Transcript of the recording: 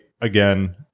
again